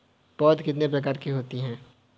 पौध कितने प्रकार की होती हैं?